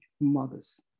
mothers